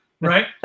right